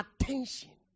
attention